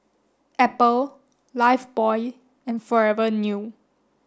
Apple Lifebuoy and Forever New